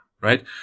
right